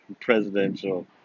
Presidential